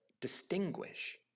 distinguish